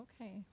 Okay